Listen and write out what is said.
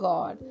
God